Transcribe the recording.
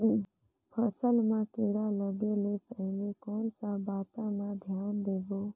फसल मां किड़ा लगे ले पहले कोन सा बाता मां धियान देबो?